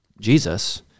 Jesus